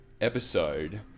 episode